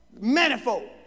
Manifold